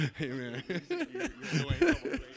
Amen